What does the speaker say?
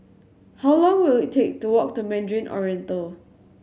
how long will it take to walk to Mandarin Oriental